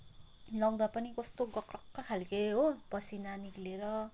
लाउँदा पनि कस्तो ग्वाकरक्ख खालको हो पसिना निक्लिएर